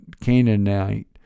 Canaanite